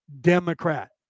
Democrat